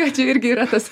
čia irgi yra tas